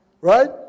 Right